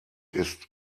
ist